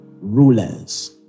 rulers